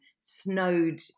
snowed